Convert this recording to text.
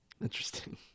Interesting